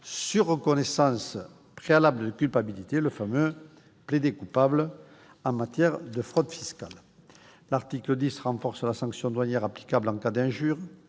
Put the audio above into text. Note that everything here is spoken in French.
sur reconnaissance préalable de culpabilité, le fameux « plaider-coupable », en matière de fraude fiscale. L'article 10 renforce les sanctions douanières applicables en cas d'injures,